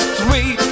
three